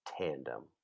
tandem